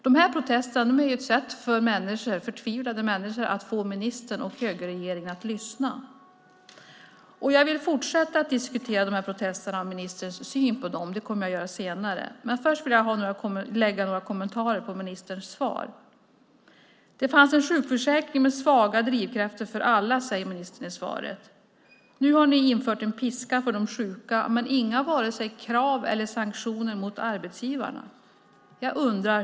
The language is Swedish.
De här protesterna är ett sätt för förtvivlade människor att få ministern och högerregeringen att lyssna. Jag vill fortsätta att diskutera de protesterna och ministerns syn på dem. Det kommer jag att göra senare. Men först vill jag göra några kommentarer till ministerns svar. Det fanns en sjukförsäkring med svaga drivkrafter för alla, säger ministern i svaret. Nu har ni infört en piska för de sjuka, men inga krav eller sanktioner gentemot arbetsgivarna.